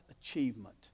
achievement